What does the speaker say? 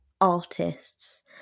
artists